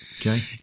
Okay